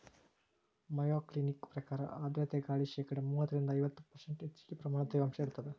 Mayo Clinic ಪ್ರಕಾರ ಆರ್ಧ್ರತೆ ಗಾಳಿ ಶೇಕಡಾ ಮೂವತ್ತರಿಂದ ಐವತ್ತು ಪರ್ಷ್ಂಟ್ ಹೆಚ್ಚಗಿ ಪ್ರಮಾಣದ ತೇವಾಂಶ ಇರತ್ತದ